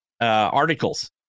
articles